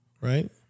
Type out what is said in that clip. right